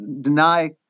deny